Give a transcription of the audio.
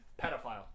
Pedophile